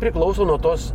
priklauso nuo tos